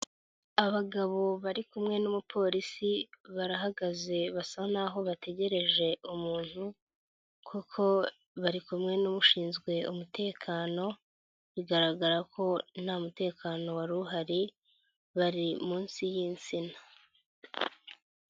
Abagabo bari kumwe n'umupolisi barahagaze basa naho bategereje umuntu, koko bari kumwe n'ushinzwe umutekano bigaragara ko nta mutekano wari uhari, bari munsi y'insina.